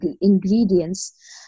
ingredients